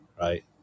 right